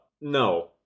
no